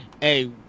hey